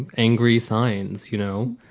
angry signs, you know?